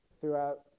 throughout